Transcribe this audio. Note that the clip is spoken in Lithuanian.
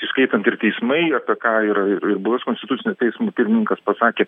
įskaitant ir teismai apie ką ir ir buvęs konstitucinio teismo pirmininkas pasakė